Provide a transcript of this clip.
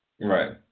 Right